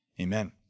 amen